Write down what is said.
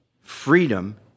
freedom